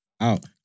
Out